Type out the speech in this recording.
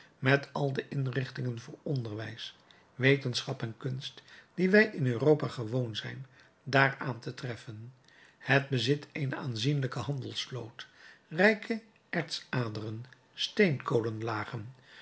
met al de inrichtingen voor onderwijs wetenschap en kunst die wij in europa gewoon zijn daar aan te treffen het bezit eene aanzienlijke handelsvloot rijke ertsaderen steenkolenlagen